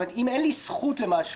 זאת אומרת אם אין לי זכות למשהו